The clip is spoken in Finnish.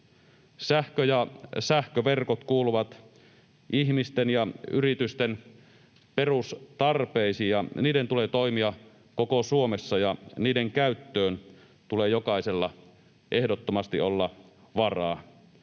Sähkö ja sähköverkot kuuluvat ihmisten ja yritysten perustarpeisiin ja niiden tulee toimia koko Suomessa ja niiden käyttöön tulee jokaisella ehdottomasti olla varaa.